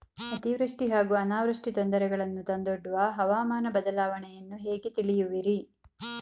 ಅತಿವೃಷ್ಟಿ ಹಾಗೂ ಅನಾವೃಷ್ಟಿ ತೊಂದರೆಗಳನ್ನು ತಂದೊಡ್ಡುವ ಹವಾಮಾನ ಬದಲಾವಣೆಯನ್ನು ಹೇಗೆ ತಿಳಿಯುವಿರಿ?